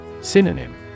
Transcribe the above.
Synonym